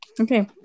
Okay